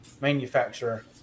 manufacturer